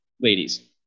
ladies